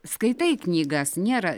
skaitai knygas nėra